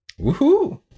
woohoo